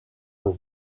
were